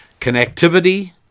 Connectivity